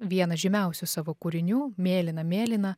vieną žymiausių savo kūrinių mėlyna mėlyna